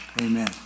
Amen